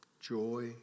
joy